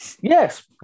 Yes